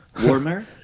warmer